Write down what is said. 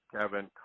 Kevin